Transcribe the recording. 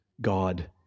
God